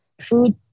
food